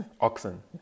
oxen